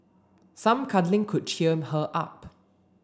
some cuddling could cheer her up